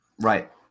Right